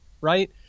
Right